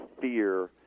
fear